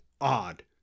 odd